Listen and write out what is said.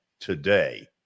today